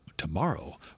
Tomorrow